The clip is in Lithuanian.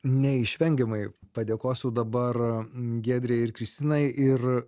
neišvengiamai padėkosiu dabar giedrei ir kristinai ir